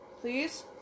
Please